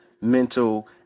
mental